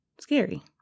scary